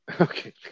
Okay